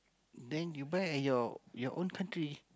then you buy at your own country